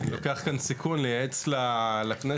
אני לוקח כאן סיכון לייעץ לכנסת.